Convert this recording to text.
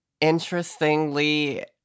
interestingly